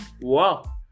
Wow